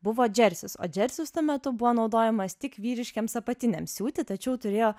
buvo džersis o džersis tuo metu buvo naudojamas tik vyriškiems apatiniams siūti tačiau turėjo